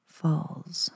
falls